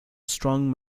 strong